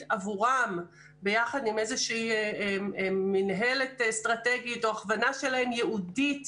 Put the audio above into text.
עבורם ביחד עם איזושהי מינהלת אסטרטגית או הכוונה ייעודית